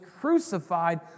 crucified